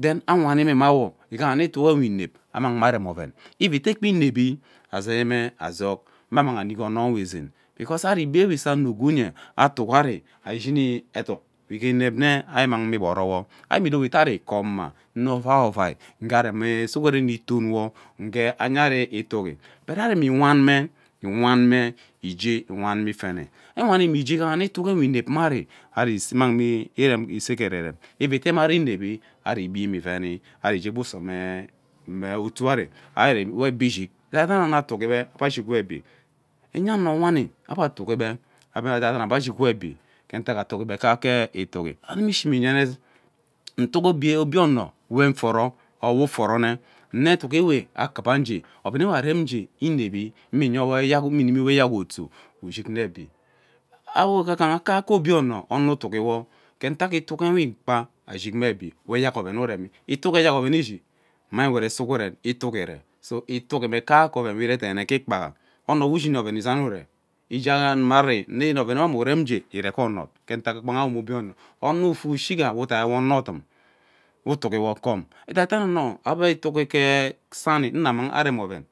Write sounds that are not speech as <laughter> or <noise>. then enwanime mme awo ayen mme itigi mme inep amang mme erem oven eve ete kpa enevi azei mme azod nnang imik onowe zeen because ari ebe ewe ise ano ugwu ye ari iyini eduk we inep una we imang me iboro ari mme edowe ata ari koma ovai ovai ngee ari me sughuren itonwo ngee anye ari itigi but ari nwe wan mme iwan mee igee iwan me ifene ari iwame igea ighaha neyene itigi netwe inep mma ari, ari immang <hesitation> ise gererem ivi ete mari inevi ari gbi mme iveni ari gee uso mme utuuari ari wo ebi ishig edadano atigi ebe, ebe ashig wo ebi enya ano wani ebe atigi be edaiden ebe ashig wo ebi ke ntak atugi ebe ke ake itigi anum ishima iyene ntigi obie obie ono we nforo or we uforone nne eduk ewe akava ugee ovenewe arem ugee inevi nwee <hesitation> nwe inimi wo ke eyak otuo ushig nne ebi awo gaghaha kaeke obie ono, ono itigi ke ntak itigi ewee ikpa ashig me ebi wo eyak oven ishi mme nwet sughmen itigi iree so itigi mme kaeke oven we gee ikpaha ono we ishini oven izang uree ighaa omo mma ari nneyene ovenewe anne uree gererem nge ire ke onog ke ntak owo mm eobie ono. ono efe ushiga we ughaha wo onodum utigi koun edaidano itigi ke sani immang arem oven.